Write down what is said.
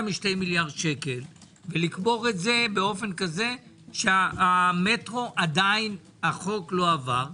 מ-2 מיליארד שקל ולקבור את זה כך שהמטרו עדיין החוק לא עבר?